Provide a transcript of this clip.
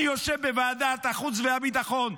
אני יושב בוועדת החוץ והביטחון,